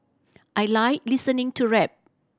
I like listening to rap